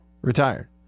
retired